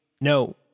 No